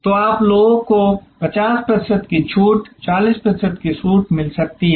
तो आप लोगों को 50 प्रतिशत की छूट 40 प्रतिशत की छूट मिल सकती है